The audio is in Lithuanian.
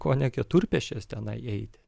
kone keturpėsčias tenai eiti